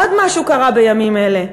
עוד משהו קרה בימים אלה: